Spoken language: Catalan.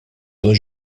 dos